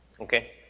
Okay